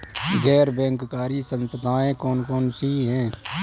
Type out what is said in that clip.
गैर बैंककारी संस्थाएँ कौन कौन सी हैं?